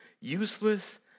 useless